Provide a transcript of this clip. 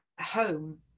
home